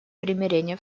примирения